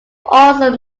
also